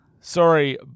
Sorry